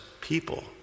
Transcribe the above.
people